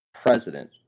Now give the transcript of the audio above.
president